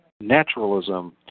naturalism